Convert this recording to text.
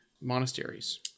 monasteries